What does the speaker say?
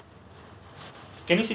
can you see this